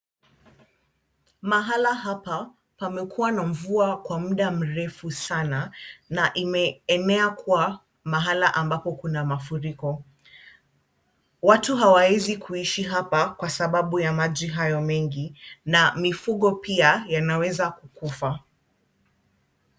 Mahala hapa pamekuwa na mvua kwa muda mrefu sana na imeenea kuwa mahala ambapo kuna mafuriko. Watu hawawezi kuishi hapa kwa sababu ya maji hayo mengi na mifugo pia yanaweza kukufa.